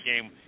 game